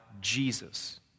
Jesus